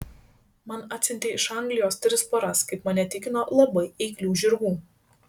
man atsiuntė iš anglijos tris poras kaip mane tikino labai eiklių žirgų